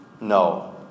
No